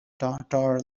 tatar